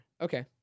okay